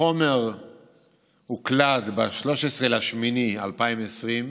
החומר הוקלד ב-13 באוגוסט 2020,